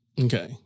Okay